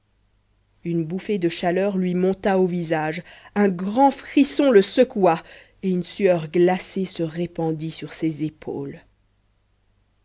une bouffée de chaleur lui monta au visage un grand frisson le secoua et une sueur glacée se répandit sur ses épaules